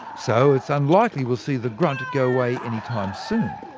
so it's unlikely we'll see the grunt go away anytime soon.